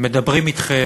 מדברים אתכם,